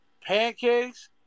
pancakes